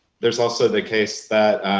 there is also the case that